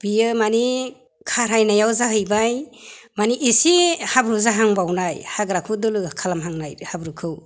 बेयो मानि खारायनायाव जाहैबाय माने एसे हाब्रु जाहांबावनाय हाग्राखौ दोलो खालामहांनाय हाब्रुखौ